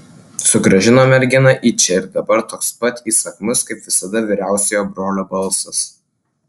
sugrąžino merginą į čia ir dabar toks pat įsakmus kaip visada vyriausiojo brolio balsas